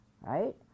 right